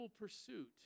pursuit